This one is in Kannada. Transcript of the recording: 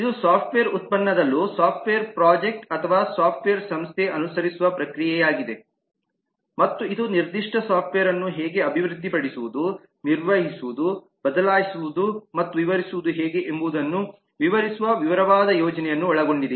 ಇದು ಸಾಫ್ಟ್ವೇರ್ ಉತ್ಪನ್ನದಲ್ಲೂ ಸಾಫ್ಟ್ವೇರ್ ಪ್ರಾಜೆಕ್ಟ್ ಅಥವಾ ಸಾಫ್ಟ್ವೇರ್ ಸಂಸ್ಥೆ ಅನುಸರಿಸುವ ಪ್ರಕ್ರಿಯೆಯಾಗಿದೆ ಮತ್ತು ಇದು ನಿರ್ದಿಷ್ಟ ಸಾಫ್ಟ್ವೇರ್ ಅನ್ನು ಹೇಗೆ ಅಭಿವೃದ್ಧಿಪಡಿಸುವುದು ನಿರ್ವಹಿಸುವುದು ಬದಲಾಯಿಸುವುದು ಮತ್ತು ವಿವರಿಸುವುದು ಹೇಗೆ ಎಂಬುದನ್ನು ವಿವರಿಸುವ ವಿವರವಾದ ಯೋಜನೆಯನ್ನು ಒಳಗೊಂಡಿದೆ